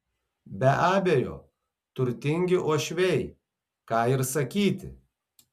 be abejo turtingi uošviai ką ir sakyti